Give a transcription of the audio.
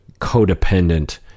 codependent